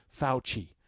Fauci